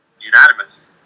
Unanimous